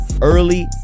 early